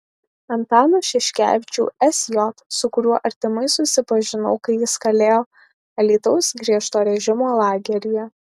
antaną šeškevičių sj su kuriuo artimai susipažinau kai jis kalėjo alytaus griežto režimo lageryje